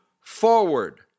forward